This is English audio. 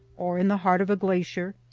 or in the heart of a glacier,